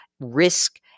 risk